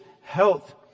health